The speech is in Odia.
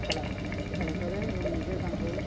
ଖେଳାଏ ଖେଳ କରେ ଏବଂ ନିଜେ ତାଙ୍କ